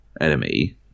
enemy